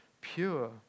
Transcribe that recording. Pure